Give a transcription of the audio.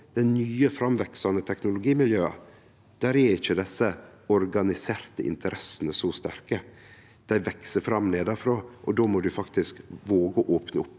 dei nye framveksande teknologimiljøa, er ikkje desse organiserte interessene så sterke. Dei veks fram nedanfrå, og då må ein faktisk våge å opne opp